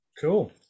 Cool